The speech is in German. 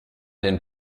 den